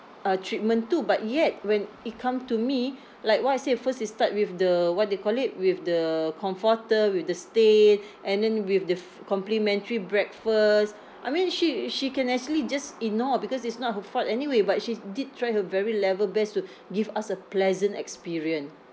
uh treatment too but yet when it come to me like what I said first it start with the what they call it with the comforter with the stain and then with the f~ complimentary breakfast I mean she she can actually just ignore because it's not her fault anyway but she did try her very level best to give us a pleasant experience